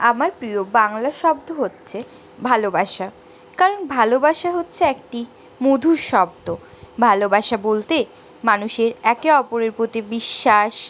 আমার প্রিয় বাংলা শব্দ হচ্ছে ভালোবাসা কারণ ভালোবাসা হচ্ছে একটি মধুর শব্দ ভালোবাসা বলতে মানুষের একে অপরের প্রতি বিশ্বাস